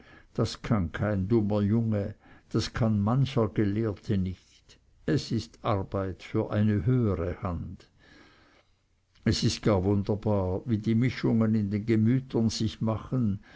das kann kein dummer junge das kann mancher gelehrte nicht es ist arbeit für eine höhere hand es ist gar wunderbar wie die mischungen in den gemütern sich machen